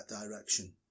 direction